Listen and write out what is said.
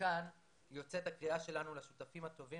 מכאן יוצאת הקריאה שלנו לשותפים הטובים